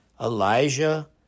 Elijah